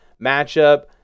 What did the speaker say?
matchup